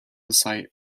site